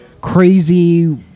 crazy